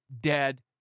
dead